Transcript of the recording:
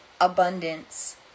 abundance